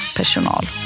personal